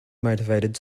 motivated